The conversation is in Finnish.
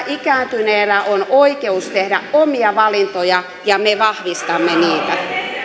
ikääntyneellä on oikeus tehdä omia valintoja ja me vahvistamme niitä